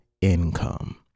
income